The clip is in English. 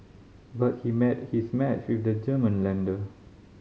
but he met his match with the German lender